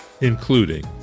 including